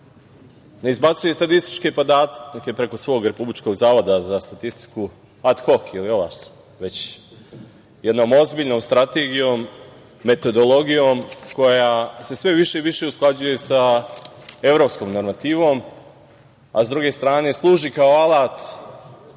ne izbacuje statističke podatke preko svog Republičkog zavoda za statistiku ad hok ili … već jednom ozbiljnom strategijom, metodologijom koja se sve više i više usklađuje sa evropskom normativom, a sa druge strane služi kao alat